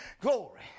Glory